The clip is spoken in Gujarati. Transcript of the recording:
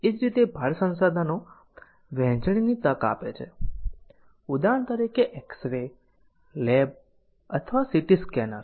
એ જ રીતે ભાડા સંસાધનો વહેંચણીની તક આપે છે ઉદાહરણ તરીકે એક્સ રે લેબ અથવા સીટી સ્કેનર